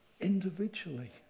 individually